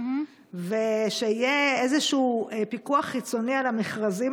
ושיהיה איזשהו פיקוח חיצוני על המכרזים